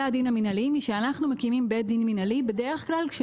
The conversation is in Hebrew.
שבדרך-כלל מקימים בית דין מנהלי כאשר